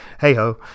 hey-ho